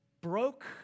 broke